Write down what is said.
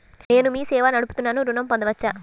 నేను మీ సేవా నడుపుతున్నాను ఋణం పొందవచ్చా?